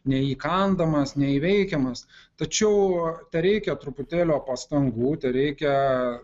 neįkandamas neįveikiamas tačiau tereikia truputėlio pastangų tereikia